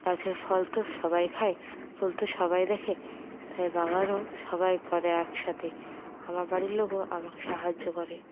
গাছের ফল তো সবাই খায় ফুল তো সবাই দেখে তাই বাগানও সবাই করে একসাথে আমার বাড়ির লোকও আমাকে সাহায্য করে